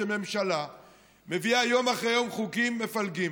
והממשלה מביאה יום אחרי יום חוקים מפלגים.